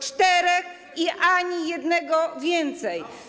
Czterech i ani jednego więcej.